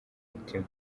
mutima